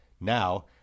Now